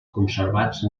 conservats